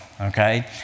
okay